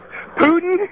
Putin